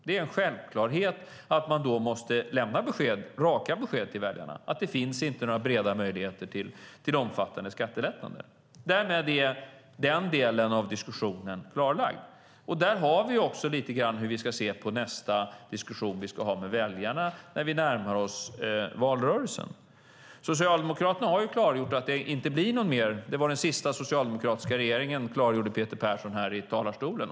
Det är en självklarhet att man då måste lämna raka besked till väljarna om att det inte finns några breda möjligheter till omfattande skattelättnader. Därmed är den delen av diskussionen klargjord, och där har vi också lite grann hur vi ska se på nästa diskussion som vi ska ha med väljarna när vi närmar oss valrörelsen. Det var den sista socialdemokratiska regeringen, klargjorde Peter Persson här i talarstolen.